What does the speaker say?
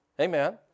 Amen